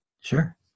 Sure